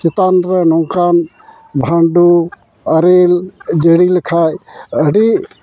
ᱪᱮᱛᱟᱱ ᱨᱮ ᱱᱚᱝᱠᱟᱱ ᱵᱷᱟᱱᱰᱳ ᱟᱨᱮᱞ ᱡᱟᱹᱲᱤ ᱞᱮᱠᱷᱟᱱ ᱟᱹᱰᱤ